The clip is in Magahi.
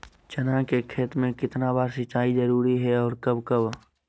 चना के खेत में कितना बार सिंचाई जरुरी है और कब कब?